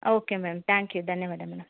okay ma'am thank you ಧನ್ಯವಾದ madam